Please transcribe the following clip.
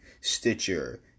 Stitcher